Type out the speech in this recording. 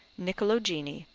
nicolo gini,